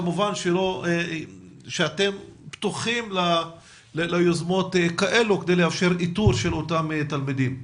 כמובן שאתם פתוחים ליוזמות כאלה כדי לאפשר איתור של אותם תלמידים.